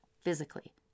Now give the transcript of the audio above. physically